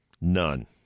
None